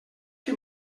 que